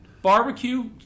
barbecue